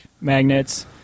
magnets